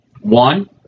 One